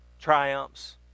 triumphs